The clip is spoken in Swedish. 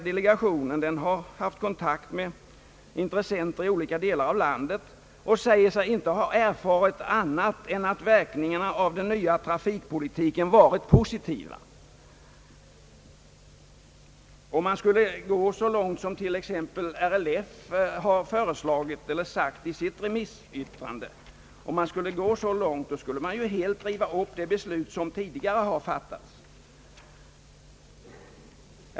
Delegationen har haft kontakt med intressenter i olika delar av landet och säger sig inte ha erfarit annat än att verkningarna av den nya trafikpolitiken varit positiva. Om man skulle gå så långt som t.ex. RLF har ifrågasatt i sitt remissyttrande blir ju följden att man helt river upp det beslut som tidigare fattats.